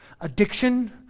addiction